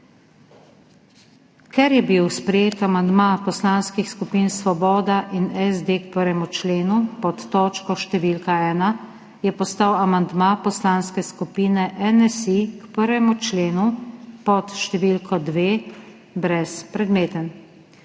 Ker je bil sprejet amandma poslanskih skupin Svoboda in SD k 1. členu pod točko številka 1, je postal amandma Poslanske skupine NSi k 1. členu pod številko 2 brezpredmeten.